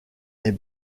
est